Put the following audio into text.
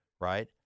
right